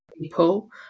people